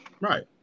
Right